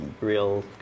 real